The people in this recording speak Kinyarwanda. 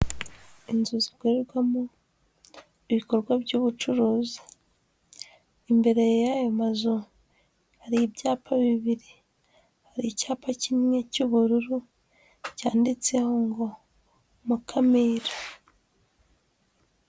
Inzu zikorerwamo ibikorwa by'ubucuruzi, imbere y'ayo mazu hari ibyapa bibiri, hari icyapa kimwe cy'ubururu cyanditseho ngo Mukamira.